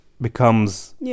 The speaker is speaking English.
becomes